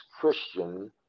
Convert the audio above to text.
christian